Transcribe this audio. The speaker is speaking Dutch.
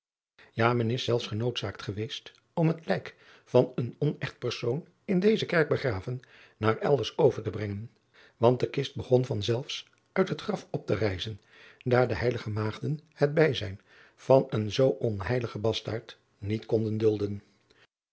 men is zelfs genoodzaakt geweest om het lijk van een onecht persoon in deze kerk begraven naar elders over te brengen want de kist begon van zelfs uit het graf op te rijzen daar de heilige maagden het bijzijn van een zoo onheiligen bastaard niet konden dulden